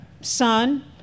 son